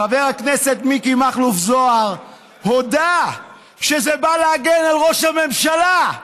חבר הכנסת מיקי מכלוף זוהר הודה שזה בא להגן על ראש הממשלה.